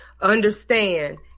understand